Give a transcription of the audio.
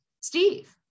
Steve